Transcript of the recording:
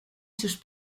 sus